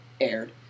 aired